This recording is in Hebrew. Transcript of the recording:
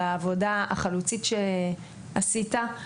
על העבודה החלוצית שעשית.